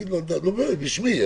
מרגי בשמי.